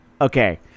Okay